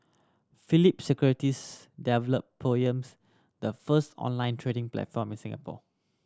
Phillip Securities developed Poems the first online trading platform in Singapore